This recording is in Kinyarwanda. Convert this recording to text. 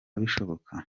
bishoboka